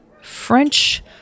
French